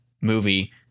movie